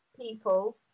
people